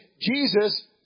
Jesus